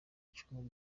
acunga